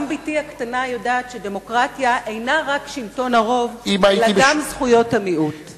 גם בתי הקטנה יודעת שדמוקרטיה אינה רק שלטון הרוב אלא גם זכויות המיעוט.